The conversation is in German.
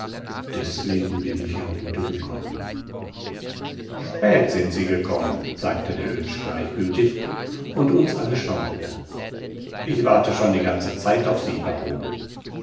deswegen bin ich heruntergekommen spät sind sie gekommen sagte der oetsch gleichgültig und uns alle schauderte ich warte schon die ganze zeit auf sie baron